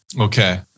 Okay